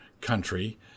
country